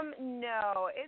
No